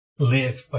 Live